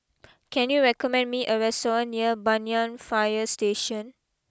can you recommend me a restaurant near Banyan fire Station